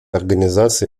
организации